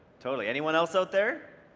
totally. anyone else out there?